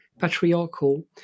patriarchal